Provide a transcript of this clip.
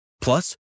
Plus